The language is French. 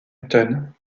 newton